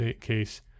case